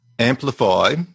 Amplify